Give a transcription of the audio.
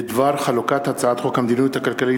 בדבר חלוקת הצעת חוק המדיניות הכלכלית